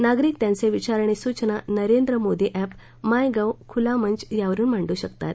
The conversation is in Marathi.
नागरिक त्यांचे विचार आणि सूचना Narendra Modi app MyGov खुला मंच यावरून मांडू शकतात